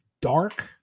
dark